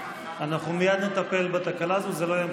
אנחנו מייד נטפל בתקלה הזו, זה לא ימשיך,